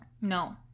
No